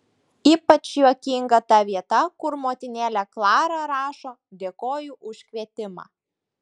ypač juokinga ta vieta kur motinėlė klara rašo dėkoju už kvietimą